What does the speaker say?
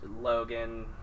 Logan